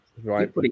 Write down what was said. Right